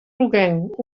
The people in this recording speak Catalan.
groguenc